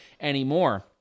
anymore